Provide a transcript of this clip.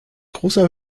großer